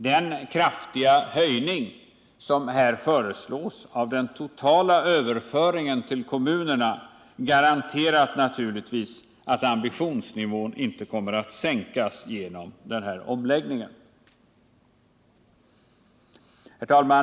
Den kraftiga höjning som här föreslås av den totala överföringen till kommunerna garanterar naturligtvis att ambitionsnivån inte kommer att sänkas till följd av den här omläggningen. Herr talman!